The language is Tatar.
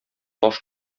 таш